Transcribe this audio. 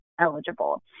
eligible